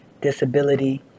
disability